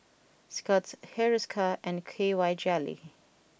Scott's Hiruscar and K Y Jelly